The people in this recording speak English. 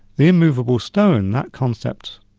the immovable stone, that concept,